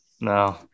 No